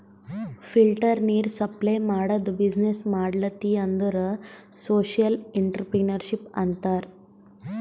filter ನೀರ್ supply ಮಾಡದು business ಮಾಡ್ಲತಿ ಅಂದುರ್ ಸೋಶಿಯಲ್ ಇಂಟ್ರಪ್ರಿನರ್ಶಿಪ್ ಅಂತಾರ್